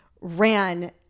ran